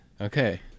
Okay